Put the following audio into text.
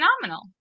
phenomenal